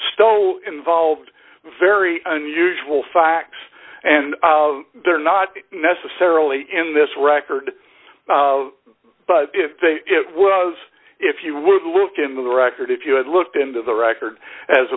stole involved very unusual facts and they're not necessarily in this record but if they it was if you were to look in the record if you had looked into the record as